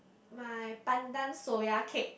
my pandan soya cake